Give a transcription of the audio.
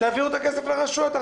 תעבירו את הכסף לרשויות המקומיות,